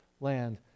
land